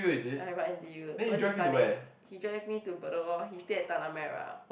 ya he from N_T_U so he studying he drive me to bedok lor he stay at tanah merah